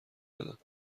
بدم